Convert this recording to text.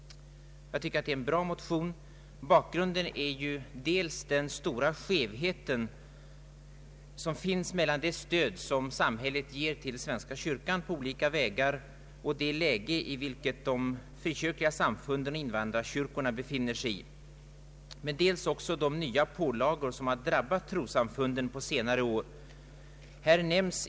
Jag tycker att det är bra att den motionen kommit. Bakgrunden är dels den stora skevhet som finns mellan det stöd som samhället ger till svenska kyrkan på olika vägar och det läge i vilket de frikyrkliga samfunden och invandrarkyrkorna befinner sig, dels också de nya pålagor som drabbat trossamfunden på senare år.